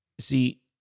see